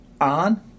on